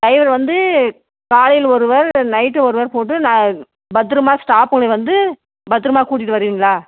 driver வந்து காலையில் ஒருவர் நைட்டு ஒருவர் போட்டு நான் பத்திரமா ஸ்டாஃபுகள வந்து பத்திரமா கூட்டிகிட்டு வருவீங்களா